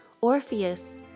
Orpheus